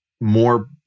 more